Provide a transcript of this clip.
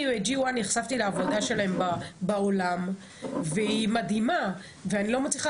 אני ל- 1 G נחשפתי לעבודה שלהם בעולם והיא מדהימה ואני לא מצליחה